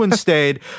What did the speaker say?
stayed